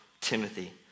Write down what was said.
Timothy